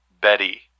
Betty